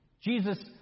Jesus